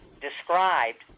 described